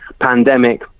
pandemic